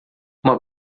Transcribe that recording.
uma